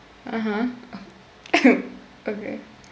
(uh huh) okay